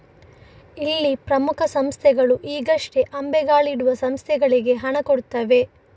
ಇಲ್ಲಿ ಪ್ರಮುಖ ಸಂಸ್ಥೆಗಳು ಈಗಷ್ಟೇ ಅಂಬೆಗಾಲಿಡುವ ಸಂಸ್ಥೆಗಳಿಗೆ ಹಣ ಕೊಡ್ತವೆ